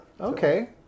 Okay